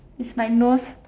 is my nose